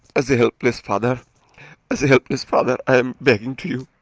as a helpless father as a helpless father, i'm begging to you